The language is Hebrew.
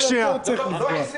לא הפחתה של